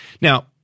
Now